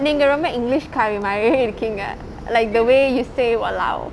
நீங்க ரொம்ப:neenge rombe english காரி மாரியெ இருக்கீங்க:kaari maariye irukingae like the way you say !walao!